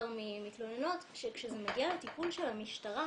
ממתלוננות שכשזה מגיע לטיפול של המשטרה